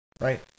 right